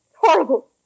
Horrible